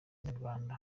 inyarwanda